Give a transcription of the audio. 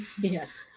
Yes